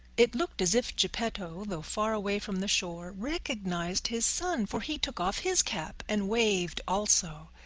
it looked as if geppetto, though far away from the shore, recognized his son, for he took off his cap and waved also.